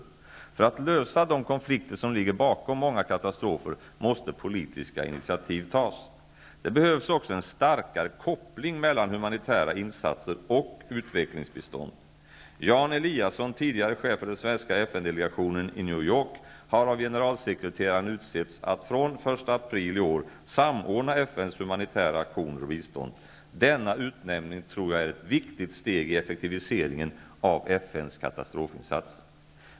För att lösa de konflikter som ligger bakom många katastrofer måste politiska initiativ tas. Det behövs också en starkare koppling mellan humanitära insatser och utvecklingsbistånd. Jan Eliasson, tidigare chef för den svenska FN-delegationen i New York, har av generalsekreteraren utsetts att från 1 april i år samordna FN:s humanitära aktioner och bistånd. Denna utnämning tror jag är ett viktigt steg i effektiviseringen av FN:s katastrofinsatser.